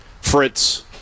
Fritz